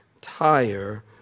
tire